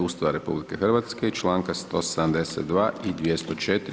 Ustava RH i članka 172. i 204.